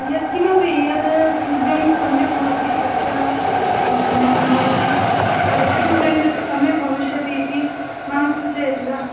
यत् किमपि यद ब्रेण्ड् सम्यक् भवति तस्य भवति किं ब्रेण्ड् सम्यक् भविष्यति इति मां सूचयति वा